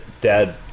dad